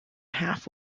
half